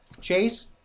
Chase